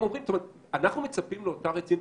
אנחנו מצפים לאותה רצינות.